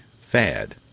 fad